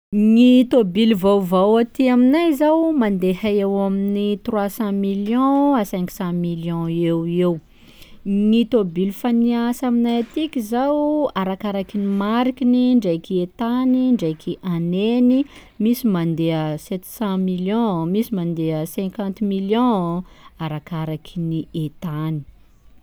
Gny tôbily vaovao aty aminay zao mandeha eo amin'ny trois cent millions à cinq cent millions eoeo, gny tôbily efa niasa aminay atiky zao arakaraky ny marikiny ndreky etany ndreky aneny, misy mandeha sept cent millions, misy mandeha cinquante millions arakaraky ny etany.